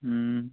ꯎꯝ